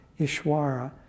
Ishwara